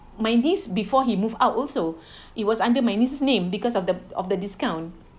my niece before he moved out also it was under my niece's name because of the of the discount